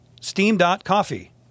Steam.Coffee